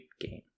game